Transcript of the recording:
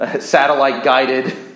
satellite-guided